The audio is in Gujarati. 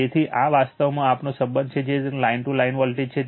તેથી આ વાસ્તવમાં આપણો સંબંધ છે જે લાઇન ટુ વોલ્ટેજ છે